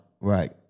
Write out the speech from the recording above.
right